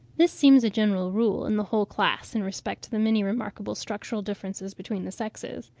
this seems a general rule in the whole class in respect to the many remarkable structural differences between the sexes.